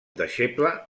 deixeble